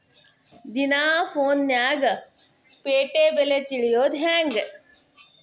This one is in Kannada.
ದಿನಾ ಫೋನ್ಯಾಗ್ ಪೇಟೆ ಬೆಲೆ ತಿಳಿಯೋದ್ ಹೆಂಗ್?